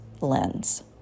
lens